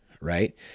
Right